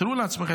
תארו לעצמכם,